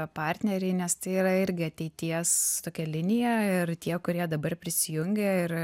partneriai nes tai yra irgi ateities tokia linija ir tie kurie dabar prisijungė ir